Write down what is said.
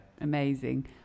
Amazing